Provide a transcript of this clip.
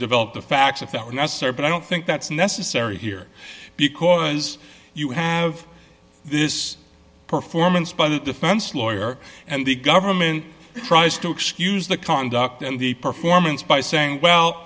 develop the facts if that were necessary but i don't think that's necessary here because you have this performance by the defense lawyer and the government tries to excuse the conduct and the performance by saying well